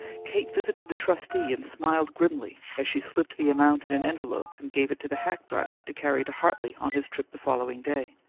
kate visited the trustee, and smiled grimly as she slipped the amount in an envelope and gave it to the hack driver to carry to hartley on his trip the following day.